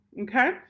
okay